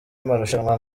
marushanwa